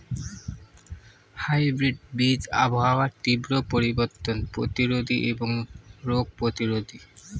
hybrid বীজ আবহাওয়ার তীব্র পরিবর্তন প্রতিরোধী এবং রোগ প্রতিরোধী